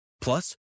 Plus